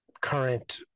current